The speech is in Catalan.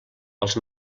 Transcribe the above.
els